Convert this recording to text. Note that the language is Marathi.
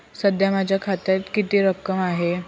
सध्या माझ्या खात्यात किती रक्कम आहे?